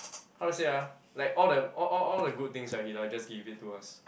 how to say ah like all the all all all the good things right he like just give it to us